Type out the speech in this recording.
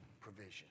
provision